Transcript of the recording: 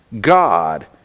God